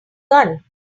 gun